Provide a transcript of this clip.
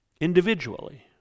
individually